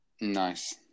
Nice